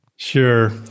Sure